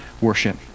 Worship